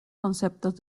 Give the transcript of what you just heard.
conceptos